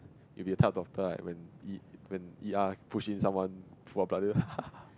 you will be the type of doctor when E when E_R push in someone full of blood